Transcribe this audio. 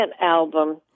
album